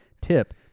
Tip